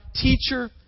Teacher